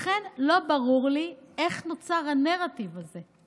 לכן לא ברור לי איך נוצר הנרטיב הזה,